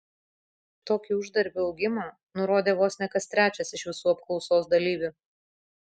tokį uždarbio augimą nurodė vos ne kas trečias iš visų apklausos dalyvių